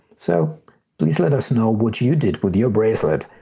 so please let us know what you did with your bracelets.